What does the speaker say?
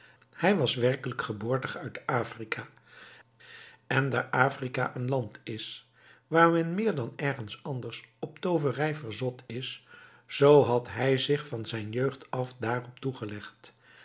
hij was werkelijk geboortig uit afrika en daar afrika een land is waar men meer dan ergens anders op tooverij verzot is zoo had hij zich van zijn jeugd af daarop toegelegd